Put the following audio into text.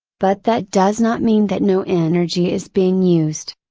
but that does not mean that no energy is being used.